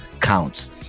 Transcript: counts